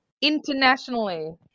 internationally